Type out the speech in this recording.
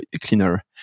cleaner